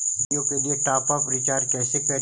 जियो के लिए top up recharge कैसे करी?